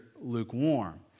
lukewarm